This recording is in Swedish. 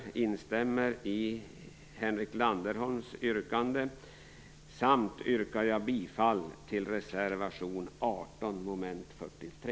Jag instämmer i Henrik Landerholms yrkande samt yrkar bifall till reservation 18, mom. 43.